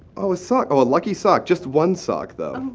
oh a sock. oh, a lucky sock. just one sock though.